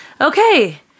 Okay